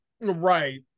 Right